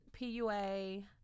PUA